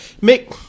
Make